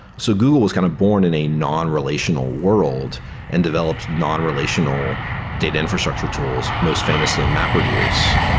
so google was kind of born in a non-relational world and developed non-relational data infrastructure tools, most famously mapreduce.